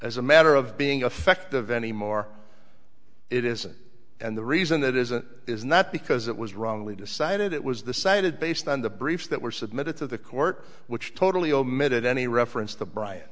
as a matter of being affective anymore it isn't and the reason that is that is not because it was wrongly decided it was the cited based on the briefs that were submitted to the court which totally omitted any reference to brian